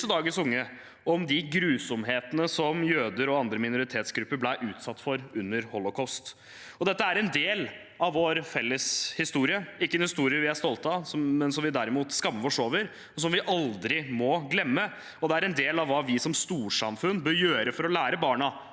unge om de grusomhetene som jøder og andre minoritetsgrupper ble utsatt for under holocaust. Dette er en del av vår felles historie. Det er ikke en historie vi er stolt av, men som vi derimot skammer oss over, og som vi aldri må glemme. Det er en del av hva vi som storsamfunn bør gjøre for å lære barna